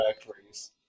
factories